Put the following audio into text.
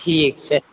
ठीक छै